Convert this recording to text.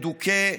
מדוכא,